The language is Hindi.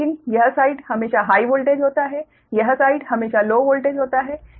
अब लेकिन यह साइड हमेशा हाइ वोल्टेज होता है यह साइड हमेशा लो वोल्टेज होता है